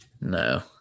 No